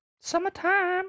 Summertime